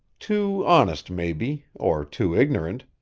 too honest, maybe or too ignorant.